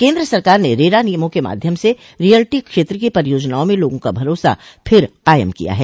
केन्द्र सरकार ने रेरा नियमों के माध्यम से रियलटी क्षेत्र की परियोजनाओं में लोगों का भरोसा फिर कायम किया है